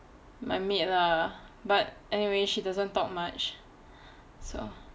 my maid lah but anyway she doesn't talk much so